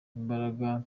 imbaraga